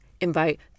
Invite